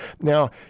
Now